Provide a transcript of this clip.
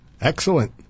Excellent